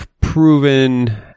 proven